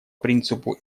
принципу